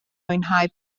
mwynhau